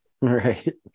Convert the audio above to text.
Right